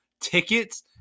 tickets